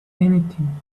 anything